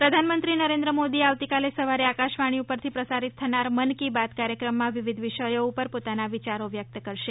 મન કી બાત પ્રધાનમંત્રી નરેન્દ્રમોદી આવતીકાલે સવારે આકાશવાણી પરથી પ્રસારિત થનાર મન કી બાત કાર્યક્રમમાં વિવિધ વિષયો ઉપર પોતાના વિયારો વ્યક્ત કરશે